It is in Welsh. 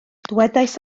dywedais